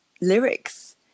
lyrics